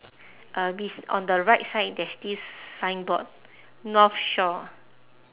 uh bes~ on the right side there's this signboard north shore